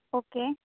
okay